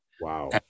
Wow